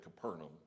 Capernaum